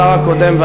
השר הקודם,